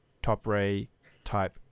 top-ray-type